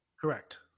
correct